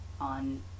on